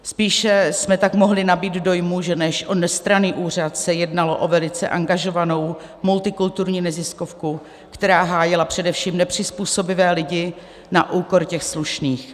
Spíše jsme tak mohli nabýt dojmu, že než o nestranný úřad se jednalo o velice angažovanou multikulturní neziskovku, která hájila především nepřizpůsobivé lidí na úkor těch slušných.